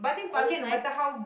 always nice